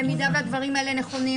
במידה והדברים האלה נכונים,